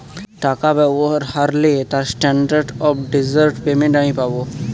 টাকা ব্যবহার হারলে তার স্ট্যান্ডার্ড অফ ডেজার্ট পেমেন্ট আমি পাব